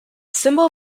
symbol